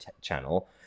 channel